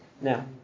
Now